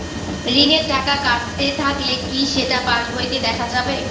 ঋণের টাকা কাটতে থাকলে কি সেটা পাসবইতে দেখা যাবে?